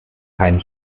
keinen